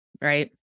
Right